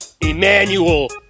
Emmanuel